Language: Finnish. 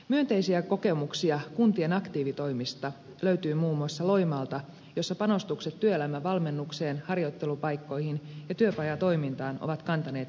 myönteisiä kokemuksia kuntien aktiivitoimista löytyy muun muassa loimaalta jossa panostukset työelämän valmennukseen harjoittelupaikkoihin ja työpajatoimintaan ovat kantaneet hedelmää